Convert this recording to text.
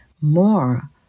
more